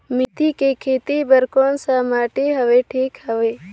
मेथी के खेती बार कोन सा माटी हवे ठीक हवे?